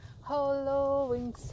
Hollowing